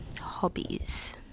Hobbies